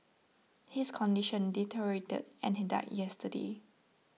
his condition deteriorated and he died yesterday